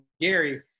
Gary